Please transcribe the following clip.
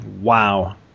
Wow